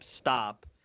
stop